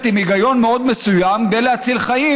עם היגיון מאוד מסוים כדי להציל חיים,